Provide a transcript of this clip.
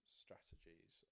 strategies